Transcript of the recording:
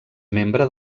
membre